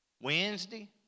Wednesday